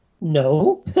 No